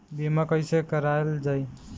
बीमा कैसे कराएल जाइ?